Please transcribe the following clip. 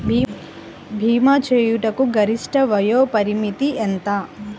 భీమా చేయుటకు గరిష్ట వయోపరిమితి ఎంత?